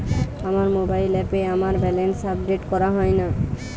আমার মোবাইল অ্যাপে আমার ব্যালেন্স আপডেট করা হয় না